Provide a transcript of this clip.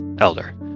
Elder